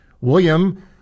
William